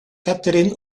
catherine